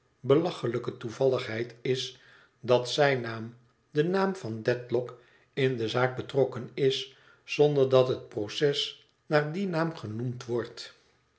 belachelijke toevalligheid is dat zijn naam de naam van dedlock in de zaak betrokken is zonder dat het proces naar dien naam benoemd wordt